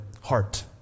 heart